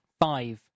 Five